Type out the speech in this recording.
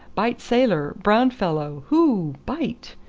bite sailor, brown fellow. hoo. bite!